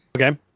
Okay